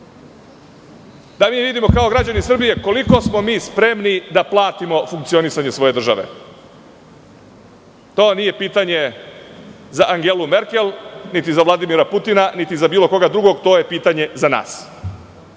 da mi vidimo kao građani Srbije koliko smo spremni da platimo funkcionisanje svoje države. To nije pitanje za Angelu Merkel, niti za Vladimira Putina, to je pitanje za nas.